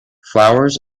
flowers